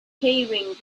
keyring